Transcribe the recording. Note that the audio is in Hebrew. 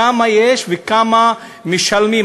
כמה יש וכמה משלמים,